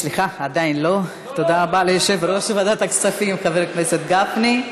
תודה רבה ליושב-ראש ועדת הכספים, חבר הכנסת גפני.